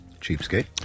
Cheapskate